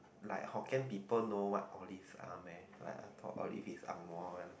like Hokkien people know what olives are meh like I thought olives is Ang-Moh one